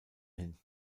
hin